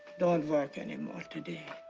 don't work any more today. ah.